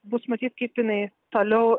bus matytkaip jinai toliau